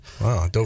Wow